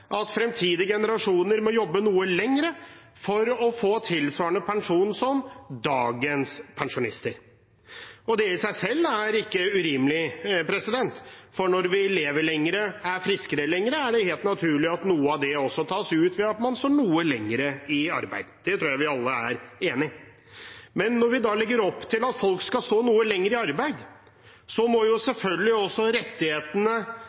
at fremtidige generasjoner må jobbe noe lenger for å få tilsvarende pensjon som dagens pensjonister. Det i seg selv er ikke urimelig, for når vi lever lenger, er friskere lenger, er det helt naturlig at noe av det også tas ut ved at man står noe lenger i arbeid. Det tror jeg vi alle er enige i. Men når vi legger opp til at folk skal stå noe lenger i arbeid, må selvfølgelig også rettighetene